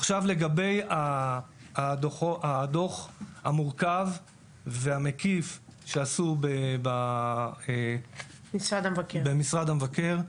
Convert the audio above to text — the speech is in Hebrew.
עכשיו לגבי הדוח המורכב והמקיף שעשו במשרד המבקר.